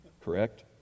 Correct